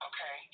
Okay